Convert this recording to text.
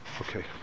Okay